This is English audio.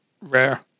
rare